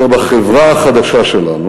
הוא אומר: בחברה החדשה שלנו